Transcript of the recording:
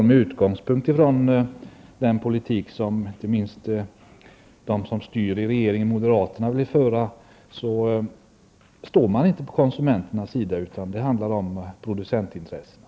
Med utgångspunkt från den politik som inte minst de som styr i regeringen, dvs. moderaterna, vill föra, är det klart att man inte står på konsumenternas sida, utan det handlar om producentintressena.